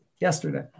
yesterday